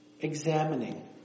examining